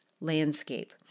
Landscape